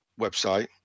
website